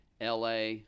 LA